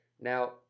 now